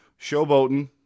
showboating